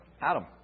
Adam